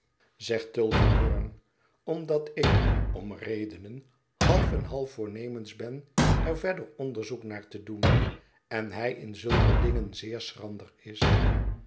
zégt tulkinghorn omdat ik om redenen half en half voornemens ben er verder onderzoek naar te doen en hij in zulke dingen zeer schrander is